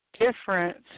difference